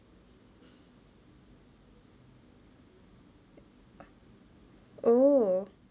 oh